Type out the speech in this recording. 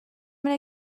اینه